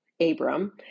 Abram